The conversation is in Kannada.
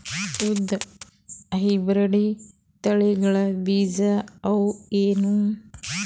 ಉದ್ದ ಹೈಬ್ರಿಡ್ ತಳಿಗಳ ಬೀಜ ಅವ ಏನು?